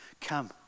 Come